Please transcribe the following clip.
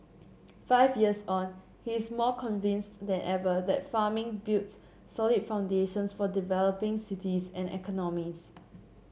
five years on he is more convinced than ever that farming builds solid foundations for developing cities and economies